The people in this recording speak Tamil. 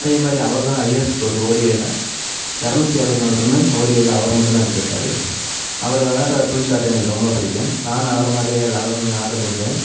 ஹண்ரட் அதேமாதிரி அவர்தான் ஹையஸ்ட் ஸ்கோர் ஓடிஐல இரநூத்தி அறுபத்திநாலு ரன் ஓடிஐல அவர் மட்டுந்தான் அடிச்சிருக்கார் அவர் விளையாடுற ஃபுல் ஷாட் எனக்கு ரொம்ப பிடிக்கும் நான் அவரைமாரி விளையாடணும்னு ஆசைப்படுவேன்